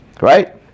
Right